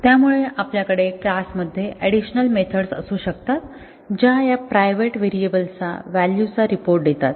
त्यामुळे आपल्याकडे क्लासमध्ये ऍडिशनल मेथड्स असू शकतात ज्या या प्रायव्हेट व्हेरिएबल्सच्या व्हॅल्यू चा रिपोर्ट देतात